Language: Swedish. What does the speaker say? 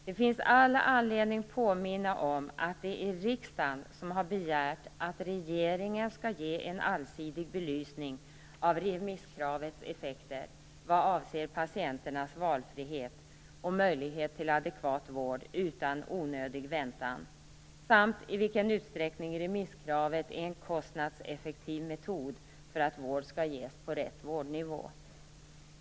Det finns all anledning att påminna om att det är riksdagen som begärt att regeringen skall ge en allsidig belysning av remisskravets effekter vad avser patienternas valfrihet och möjlighet till adekvat vård utan onödig väntan samt i vilken utsträckning remisskravet är en kostnadseffektiv metod för att vård skall ges på rätt vårdnivå.